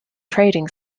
trading